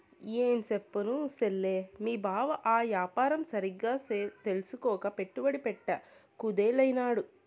ఏంచెప్పను సెల్లే, మీ బావ ఆ యాపారం సరిగ్గా తెల్సుకోక పెట్టుబడి పెట్ట కుదేలైనాడు